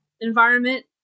environment